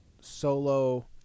solo